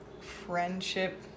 Friendship